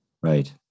right